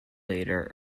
later